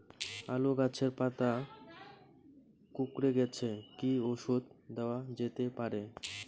আলু গাছের পাতা কুকরে গেছে কি ঔষধ দেওয়া যেতে পারে?